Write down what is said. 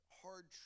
hard